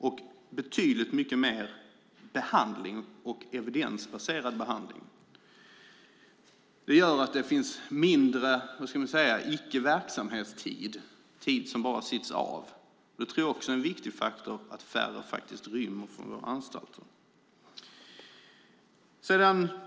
Det ges också betydligt mer behandling och evidensbaserad behandling. Detta gör att det finns mindre tid som inte ägnas åt verksamhet, alltså tid som bara sitts av. Det tror jag också är en viktig faktor som bidrar till att färre rymmer från våra anstalter.